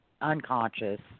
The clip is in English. unconscious –